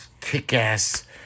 kick-ass